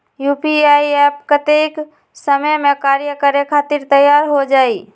UPI app कतेइक समय मे कार्य करे खातीर तैयार हो जाई?